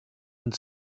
und